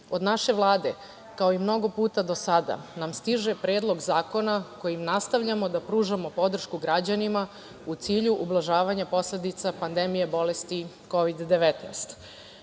od naše Vlade, kao i mnogo puta do sada nam stiže Predlog zakona kojim nastavljamo da pružamo podršku građanima u cilju ublažavanja posledica pandemije bolesti Kovid